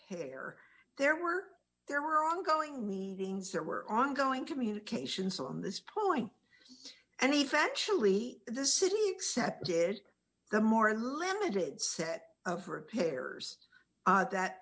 hair there were there were ongoing meanings there were ongoing communications on this point and eventually the city accepted the more limited set of repairs that